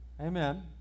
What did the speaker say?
Amen